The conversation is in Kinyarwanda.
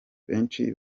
benshi